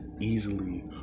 easily